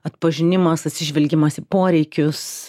atpažinimas atsižvelgimas į poreikius